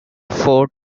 four